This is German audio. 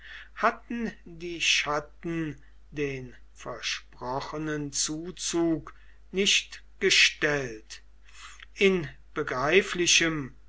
hatten die chatten den versprochenen zuzug nicht gestellt in begreiflichem